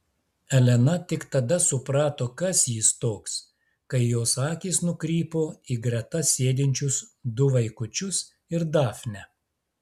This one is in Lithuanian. elena tik tada suprato kas jis toks kai jos akys nukrypo į greta sėdinčius du vaikučius ir dafnę